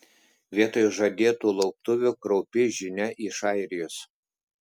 vietoj žadėtų lauktuvių kraupi žinia iš airijos